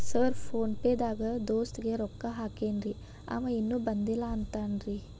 Sir PhonePe ದಾಗ ದೋಸ್ತ್ ಗೆ ರೊಕ್ಕಾ ಹಾಕೇನ್ರಿ ಅಂವ ಇನ್ನು ಬಂದಿಲ್ಲಾ ಅಂತಾನ್ರೇ?